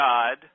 God